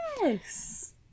Yes